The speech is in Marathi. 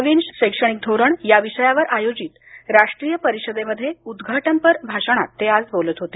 नवीन शैक्षणिक धोरण या विषयावर आयोजित राष्ट्रीय परिषदेमध्ये उद्घाटनपर भाषणात ते आज बोलत होते